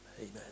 Amen